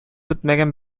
бетмәгән